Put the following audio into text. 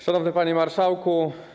Szanowny Panie Marszałku!